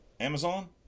Amazon